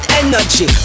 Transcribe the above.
energy